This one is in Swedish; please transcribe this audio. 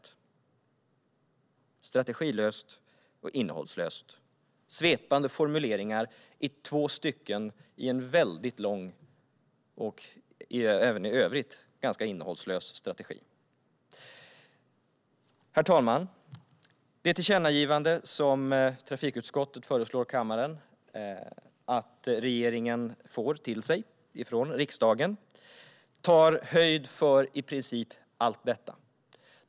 Det är strategilöst och innehållslöst, och det är svepande formuleringar i två stycken i en väldigt lång och även i övrigt ganska innehållslös strategi. Herr talman! Det tillkännagivande som trafikutskottet föreslår kammaren att regeringen ska få från riksdagen tar höjd för i princip allt detta.